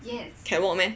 can walk meh